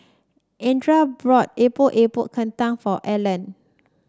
Andrea brought Epok Epok Kentang for Allen